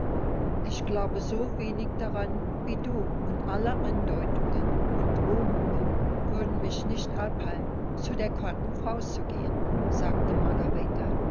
ich glaube so wenig daran wie du und alle andeutungen und drohungen würden mich nicht abhalten zu der kranken frau zu gehen sagte margarete